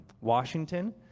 Washington